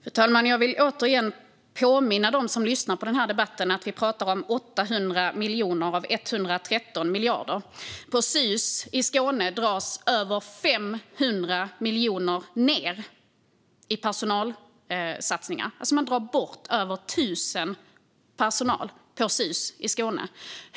Fru talman! Jag vill återigen påminna dem som lyssnar till denna debatt att vi pratar om 800 miljoner av 113 miljarder. På Skånes universitetssjukhus, Sus, drar man ned på personalsatsningarna med över 500 miljoner. Man drar bort över 1 000 tjänster på Sus.